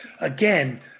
Again